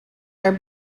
are